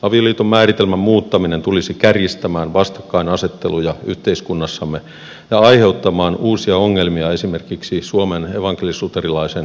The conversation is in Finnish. avioliiton määritelmän muuttaminen tulisi kärjistämään vastakkainasetteluja yhteiskunnassamme ja aiheuttamaan uusia ongelmia esimerkiksi suomen evankelisluterilaisen kirkon sisällä